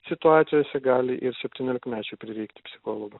situacijose gali ir septyniolikmečiui prireikti psichologo